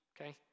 Okay